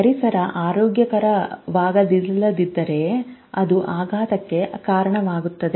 ಪರಿಸರ ಆರೋಗ್ಯಕರವಾಗಿಲ್ಲದಿದ್ದರೆ ಅದು ಆಘಾತಕ್ಕೆ ಕಾರಣವಾಗುತ್ತದೆ